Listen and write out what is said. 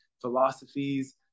philosophies